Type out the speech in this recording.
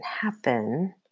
happen